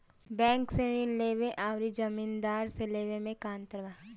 Bank से ऋण लेवे अउर जमींदार से लेवे मे का अंतर बा?